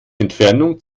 entfernung